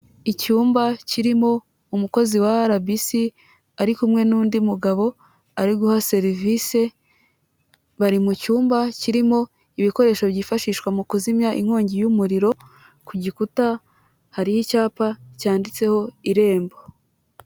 Icyumba kirimo umukozi wa RBC ari kumwe n'undi mugabo ari guha serivisi, bari mu cyumba kirimo ibikoresho byifashishwa mu kuzimya inkongi y'umuriro, ku gikuta hariho icyapa cyanditseho "irembo".